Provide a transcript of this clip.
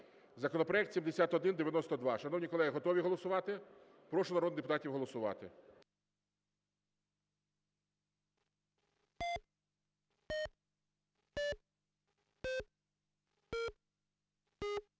Законопроект 7192. Шановні колеги, готові голосувати? Прошу народних депутатів голосувати.